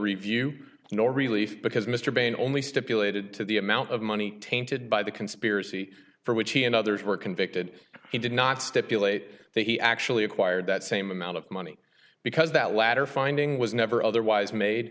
review nor relief because mr bain only stipulated to the amount of money tainted by the conspiracy for which he and others were convicted he did not stipulate that he actually acquired that same amount of money because that latter finding was never otherwise made